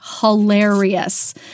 hilarious